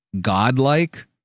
godlike